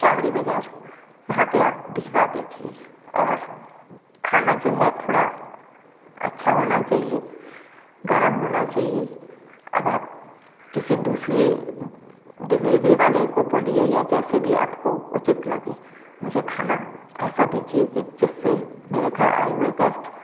चावड़ी बाज़ार वहाँ पर आप भिजवा दीजिए और खाना जो है थोड़ा अच्छा होना चाहिए गर्म होना चाहिए अब आप किसी दूसरे डिलेवरी वाले को बोलिए या जैसे भी आप को उचित लगे मुझे खाना ऐसा दीजिए कि जिससे मेरे घर आए हुए गेस्ट